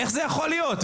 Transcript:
איך זה יכול להיות?